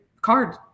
card